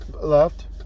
left